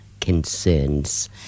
concerns